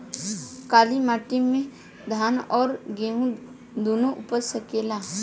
काली माटी मे धान और गेंहू दुनो उपज सकेला?